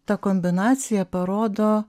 ta kombinacija parodo